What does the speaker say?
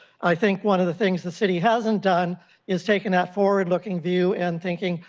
i think one of the things the city hasn't done is taken that forward-looking view and thinking,